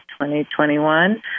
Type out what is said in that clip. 2021